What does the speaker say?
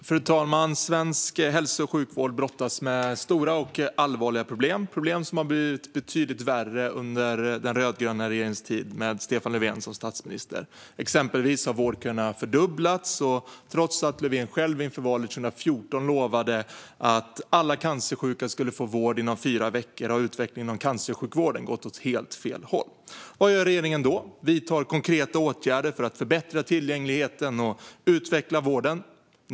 Fru talman! Svensk hälso och sjukvård brottas med stora och allvarliga problem, problem som har blivit betydligt värre under den rödgröna regeringens tid med Stefan Löfven som statsminister. Exempelvis har vårdköerna fördubblats, och trots att Löfven själv inför valet 2014 lovade att alla cancersjuka skulle få vård inom fyra veckor har utvecklingen inom cancersjukvården gått åt helt fel håll. Vad gör regeringen då? Vidtar konkreta åtgärder för att förbättra tillgängligheten och utveckla vården?